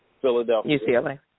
Philadelphia